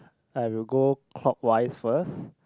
I will go clockwise first